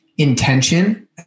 intention